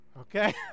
okay